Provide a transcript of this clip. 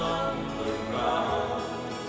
underground